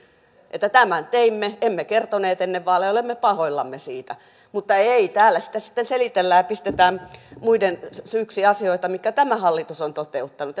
että niin tämän teimme emme kertoneet ennen vaaleja ja olemme pahoillamme siitä mutta ei ei täällä sitä sitten selitellään ja pistetään muiden syyksi asioita mitä tämä hallitus on toteuttanut